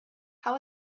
how